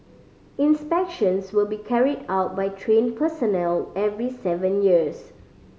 inspections will be carried out by trained personnel every seven years